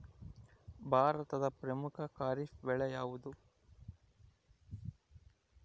ಭಾರತದ ಪ್ರಮುಖ ಖಾರೇಫ್ ಬೆಳೆ ಯಾವುದು?